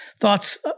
Thoughts